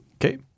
Okay